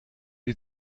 die